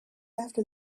after